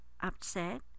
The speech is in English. upset